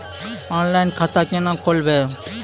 Online खाता केना खोलभैबै?